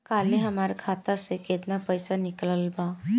काल्हे हमार खाता से केतना पैसा निकलल बा?